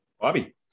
Bobby